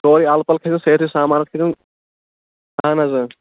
سورُے اَلہٕ پلہٕ کھسہِ سأرۍسٕے سامانس کھسَن اَہَن حظ